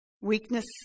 weakness